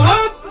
up